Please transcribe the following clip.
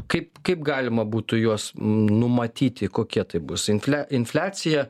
kaip kaip galima būtų juos numatyti kokie tai bus inflia infliacija